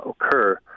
occur